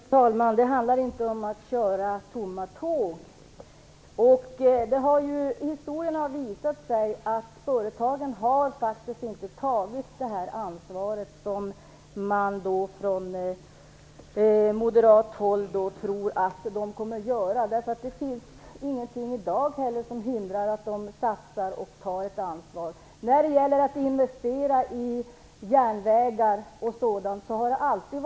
Fru talman! Det handlar inte om att köra tomma tåg. Historien har visat att företagen faktiskt inte har tagit det ansvar som moderaterna tror att de kommer att göra. Det finns ingenting som hindrar att de i dag satsar och tar ansvar. Det har alltid varit ett samhällsansvar att investera i järnvägar och sådant.